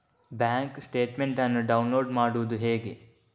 Bank statement ಅನ್ನು download ಮಾಡುವುದು ಹೇಗೆ?